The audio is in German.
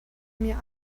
mir